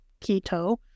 keto